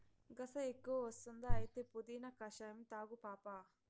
గస ఎక్కువ వస్తుందా అయితే పుదీనా కషాయం తాగు పాపా